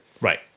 Right